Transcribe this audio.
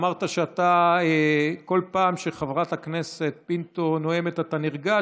אמרת שבכל פעם שחברת הכנסת פינטו נואמת אתה נרגש,